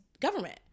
government